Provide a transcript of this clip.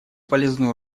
полезную